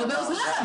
לא באוזניך.